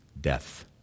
death